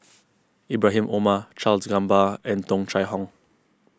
Ibrahim Omar Charles Gamba and Tung Chye Hong